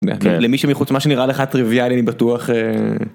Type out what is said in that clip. למי שמחוץ מה שנראה לך טריוויאלי בטוח.